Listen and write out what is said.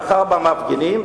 מחר במפגינים,